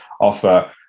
offer